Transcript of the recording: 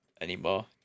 anymore